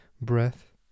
breath